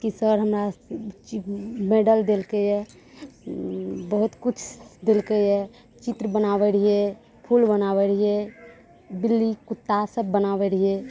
की sir हमरा medal देलकैए बहुत किछु देलकैए चित्र बनाबै रहियै फूल बनाबै रहियै बिल्ली कुत्ता सब बनाबै रहियै